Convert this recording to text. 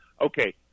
Okay